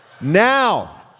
Now